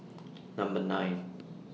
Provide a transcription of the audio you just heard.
Number nine